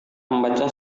membaca